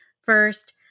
first